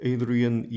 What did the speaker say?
Adrian